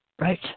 Right